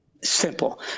Simple